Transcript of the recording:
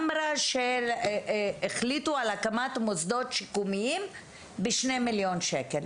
היא אמרה שהחליטו על הקמת מוסדות שיקומיים בשני מיליון שקל.